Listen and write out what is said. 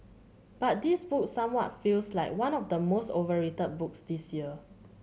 but this book somewhat feels like one of the most overrated books this year